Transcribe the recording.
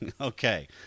Okay